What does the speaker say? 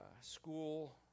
school